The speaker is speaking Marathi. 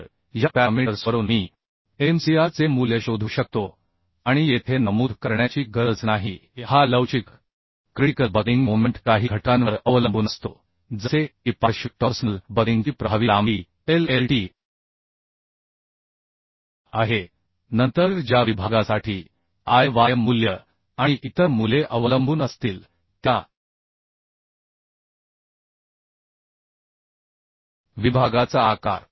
तर या पॅरामीटर्सवरून मी mcr चे मूल्य शोधू शकतो आणि येथे नमूद करण्याची गरज नाही की हा लवचिक क्रिटिकल बकलिंग मोमेंट काही घटकांवर अवलंबून असतो जसे की पार्श्विक टॉर्सनल बकलिंगची प्रभावी लांबीLLT आहे नंतर ज्या विभागासाठी Iyमूल्य आणि इतर मूल्ये अवलंबून असतील त्या विभागाचा आकार